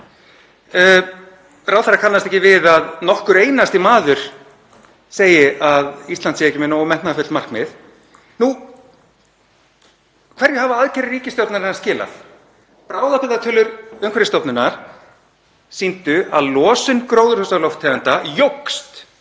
Ráðherra kannast ekki við að nokkur einasti maður segi að Ísland sé ekki með nógu metnaðarfull markmið. Hverju hafa aðgerðir ríkisstjórnarinnar skilað? Bráðabirgðatölur Umhverfisstofnunar sýndu að losun gróðurhúsalofttegunda jókst